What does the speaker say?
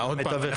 עוד פעם,